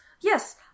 yes